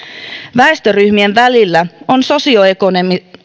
väestöryhmien välillä on sosioekonomisen